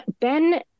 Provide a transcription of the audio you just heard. Ben